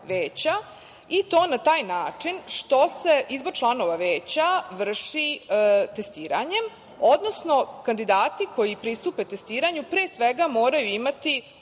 i to na taj način što se izbor članova Veća vrši testiranjem, odnosno kandidati koji pristupe testiranju, pre svega, moraju imati